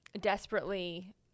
desperately